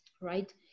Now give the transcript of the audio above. right